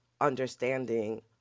understanding